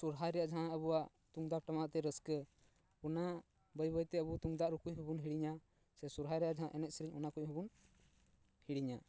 ᱥᱚᱦᱚᱨᱟᱭ ᱨᱮᱭᱟᱜ ᱡᱟᱦᱟᱸ ᱟᱵᱚᱭᱟᱜ ᱛᱩᱢᱫᱟᱜ ᱴᱟᱢᱟᱠ ᱛᱮ ᱨᱟᱹᱥᱠᱟᱹ ᱚᱱᱟ ᱵᱟᱹᱭ ᱵᱟᱹᱭᱛᱮ ᱛᱩᱢᱫᱟᱜ ᱨᱩ ᱠᱚ ᱦᱚᱸ ᱵᱚ ᱦᱤᱲᱤᱧᱟ ᱥᱮ ᱥᱚᱦᱚᱨᱟᱭ ᱨᱮᱭᱟᱜ ᱮᱱᱮᱡ ᱥᱮᱨᱮᱧ ᱚᱱᱟᱠᱚ ᱦᱚᱸᱵᱚᱱ ᱦᱤᱲᱤᱧᱟ